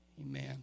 Amen